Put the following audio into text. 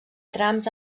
trams